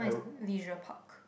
leisure park